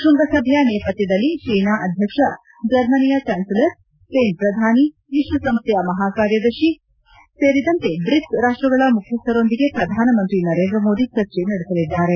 ಶೃಂಗಸಭೆಯ ನೇಪಥ್ವದಲ್ಲಿ ಚೀನಾ ಅಧ್ಯಕ್ಷ ಜರ್ಮನಿಯ ಚಾನ್ಲೆಲರ್ ಸ್ಪೇನ್ ಪ್ರಧಾನಿ ವಿಶ್ವಸಂಸ್ಟೆಯ ಮಹಾಕಾರ್ಯದರ್ಶಿ ಸೇರಿದಂತೆ ಬ್ರಿಕ್ಲ್ ರಾಷ್ಟಗಳ ಮುಖ್ಯಕ್ಹರೊಂದಿಗೆ ಪ್ರಧಾನಮಂತ್ರಿ ನರೇಂದ್ರ ಮೋದಿ ಚರ್ಚೆ ನಡೆಸಲಿದ್ದಾರೆ